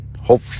Hope